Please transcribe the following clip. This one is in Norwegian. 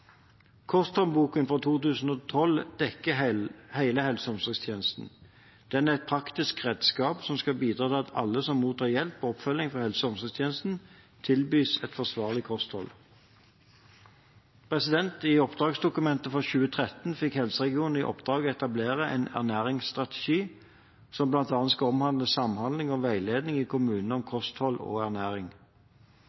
fra 2012 dekker hele helse- og omsorgstjenesten. Den er et praktisk redskap som skal bidra til at alle som mottar hjelp og oppfølging fra helse- og omsorgstjenesten, tilbys et forsvarlig kosthold. I oppdragsdokumentet for 2013 fikk helseregionene i oppdrag å etablere en ernæringsstrategi, som bl.a. skal omhandle samhandling og veiledning i kommunene om kosthold og ernæring.